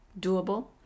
doable